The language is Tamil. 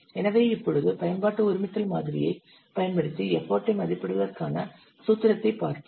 எனவே இப்பொழுது பயன்பாட்டு ஒருமித்தல் மாதிரியைப் பயன்படுத்தி எஃபர்ட் ஐ மதிப்பிடுவதற்கான சூத்திரத்தைப் பார்ப்போம்